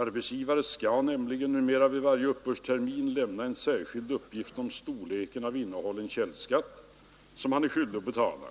Arbetsgivare skall nämligen numera vid varje uppbördstermin lämna en särskild uppgift om storleken av innehållen källskatt, som han är skyldig att inbetala.